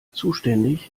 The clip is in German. zuständig